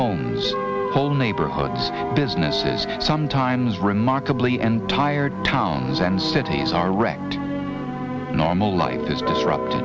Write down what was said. homes whole neighborhoods businesses sometimes remarkably and tired towns and cities are wrecked normal life is disrupt